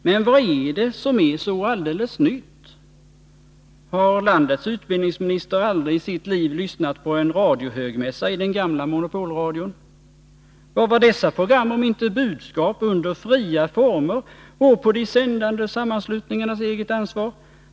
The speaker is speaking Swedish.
Men vad är det som är så alldeles nytt? Har landets utbildningsminister aldrig i sitt liv lyssnat på en radiohögmässa i den gamla monopolradion? Vad var dessa program om inte budskap under fria former och på de sändande sammanslutningarnas eget ansvar?